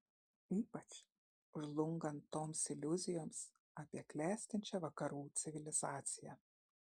ypač žlungant toms iliuzijoms apie klestinčią vakarų civilizaciją